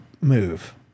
move